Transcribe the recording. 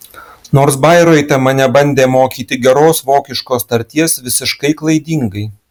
nors bairoite mane bandė mokyti geros vokiškos tarties visiškai klaidingai